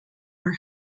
are